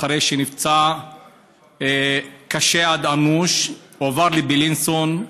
אחרי שנפצע קשה עד אנוש והועבר לבילינסון.